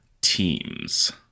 teams